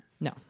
No